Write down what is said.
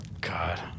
God